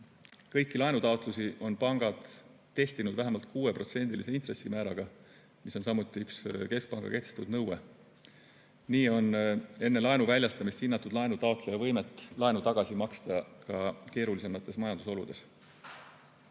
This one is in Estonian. Kõiki laenutaotlusi on pangad testinud vähemalt 6%-lise intressimääraga, mis on samuti üks keskpanga kehtestatud nõue. Nii on enne laenu väljastamist hinnatud laenutaotleja võimet laenu tagasi maksta ka keerulisemates majandusoludes. Eesti